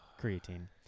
creatine